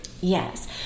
Yes